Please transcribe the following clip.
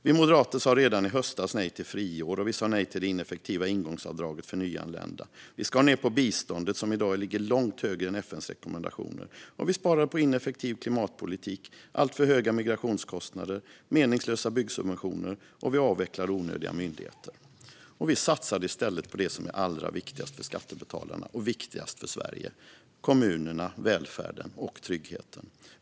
Vi moderater sa redan i höstas nej till friår, och vi sa nej till det ineffektiva ingångsavdraget för nyanlända. Vi skar ned på biståndet, som i dag ligger långt högre än FN:s rekommendationer, och vi sparade på ineffektiv klimatpolitik, alltför höga migrationskostnader och meningslösa byggsubventioner. Vi avvecklade också onödiga myndigheter och satsade i stället på det som är allra viktigast för skattebetalarna och viktigast för Sverige: kommunerna, välfärden och tryggheten.